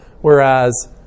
Whereas